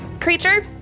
creature